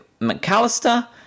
McAllister